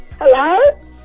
Hello